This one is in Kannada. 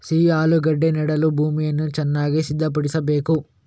ಸಿಹಿ ಆಲೂಗೆಡ್ಡೆ ನೆಡಲು ಭೂಮಿಯನ್ನು ಚೆನ್ನಾಗಿ ಸಿದ್ಧಪಡಿಸಬೇಕು